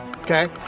okay